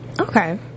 Okay